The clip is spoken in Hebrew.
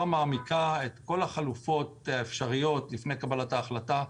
מעמיקה את כל החלופות האפשריות לפני קבלת ההחלטה.